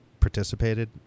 participated